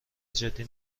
جدی